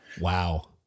Wow